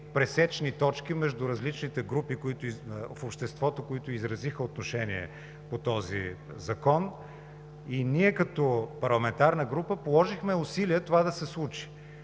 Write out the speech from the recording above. пресечни точки между различните групи в обществото, които изразиха отношение по този закон и ние като парламентарна група положихме усилия това да се случи.